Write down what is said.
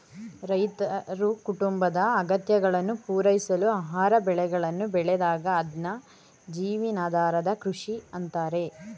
ರೈತರು ಕುಟುಂಬದ ಅಗತ್ಯಗಳನ್ನು ಪೂರೈಸಲು ಆಹಾರ ಬೆಳೆಗಳನ್ನು ಬೆಳೆದಾಗ ಅದ್ನ ಜೀವನಾಧಾರ ಕೃಷಿ ಅಂತಾರೆ